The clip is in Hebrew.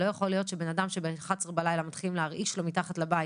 לא יכול להיות שלאדם שב-23:00 מתחילים להרעיש לו מתחת לבית